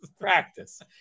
practice